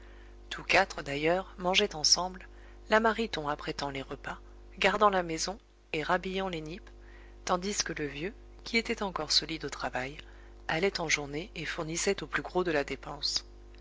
tous quatre d'ailleurs mangeaient ensemble la mariton apprêtant les repas gardant la maison et rhabillant les nippes tandis que le vieux qui était encore solide au travail allait en journée et fournissait au plus gros de la dépense